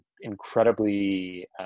incredibly